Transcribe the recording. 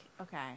okay